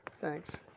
Thanks